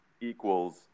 Equals